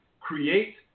create